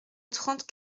trente